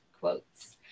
quotes